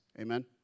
Amen